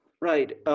Right